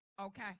Okay